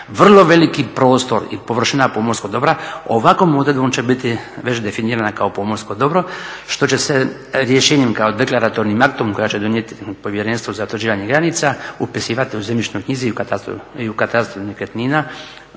vrlo veliki prostor i površina pomorskog dobra ovakvom odredbom će biti već definirana kao pomorsko dobro što će se rješenjem kao … aktom koje će donijeti Povjerenstvo za utvrđivanje granica upisivati u zemljišnoj knjizi i u katastru nekretnina,